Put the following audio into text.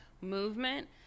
movement